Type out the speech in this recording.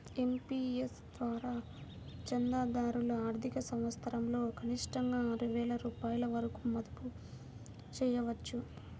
NPS ద్వారా చందాదారులు ఆర్థిక సంవత్సరంలో కనిష్టంగా ఆరు వేల రూపాయల వరకు మదుపు చేయవచ్చు